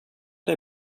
dig